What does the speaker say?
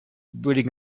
building